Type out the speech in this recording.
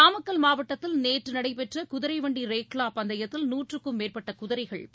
நாமக்கல் மாவட்டத்தில் நேற்று நடைபெற்ற குதிரை வண்டி ரேக்ளா பந்தயத்தில் நூற்றுக்கும் மேற்பட்ட குதிரைகள் பங்கேற்றன